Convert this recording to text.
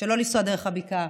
שלא לנסוע דרך הבקעה,